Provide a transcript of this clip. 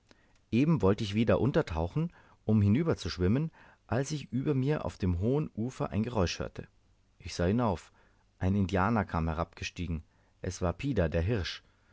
eben wollte ich wieder untertauchen um hinüberzuschwimmen als ich über mir auf dem hohen ufer ein geräusch hörte ich sah hinauf ein indianer kam herabgestiegen es war pida der hirsch